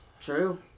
True